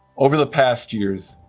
over the past years,